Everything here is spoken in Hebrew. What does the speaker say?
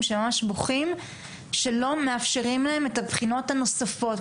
שממש בוכים שלא מאפשרים להם את הבחינות הנוספות,